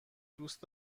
دوست